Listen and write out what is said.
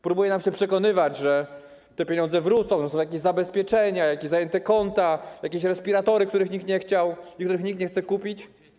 Próbuje nas się przekonywać, że te pieniądze wrócą, że są jakieś zabezpieczenia, jakieś zajęte konta, jakieś respiratory, których nikt nie chciał i nie chce kupić.